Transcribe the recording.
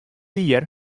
jier